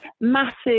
massive